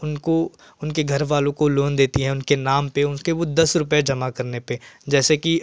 उनको उनके घर वालों को लोन देती है उनके नाम पर उनके वह दस रुपये जमा करने पर जैसे कि